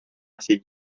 así